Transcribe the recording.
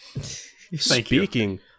Speaking